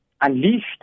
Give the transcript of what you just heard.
unleashed